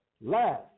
Last